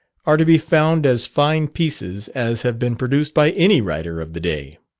are to be found as fine pieces as have been produced by any writer of the day.